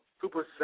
Super